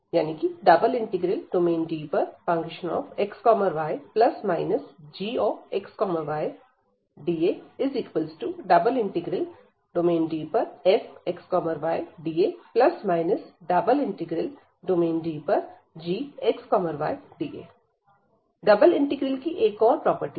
∬Dfxy±gxydA∬DfxydA∬DgxydA double integral की एक और प्रॉपर्टी है